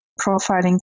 profiling